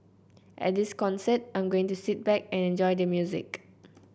at the concert I'm going to sit back and enjoy the music